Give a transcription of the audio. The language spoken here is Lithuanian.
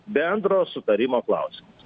bendro sutarimo klausimas